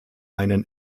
einen